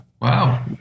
Wow